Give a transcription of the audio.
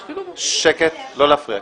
שקט, לא להפריע.